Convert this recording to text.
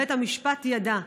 בית המשפט ידע,